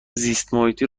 زیستمحیطی